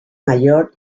mayor